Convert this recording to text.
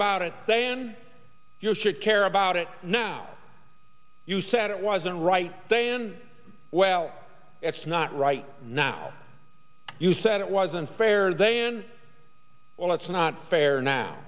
about it than you should care about it now you said it wasn't right dan well it's not right now you said it wasn't fair than well it's not fair now